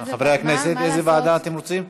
חברי הכנסת, איזו ועדה אתם רוצים?